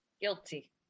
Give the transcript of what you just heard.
Guilty